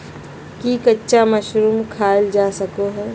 की कच्चा मशरूम खाल जा सको हय?